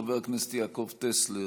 חבר הכנסת יעקב טסלר,